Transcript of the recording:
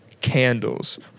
candles